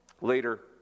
Later